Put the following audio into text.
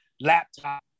laptop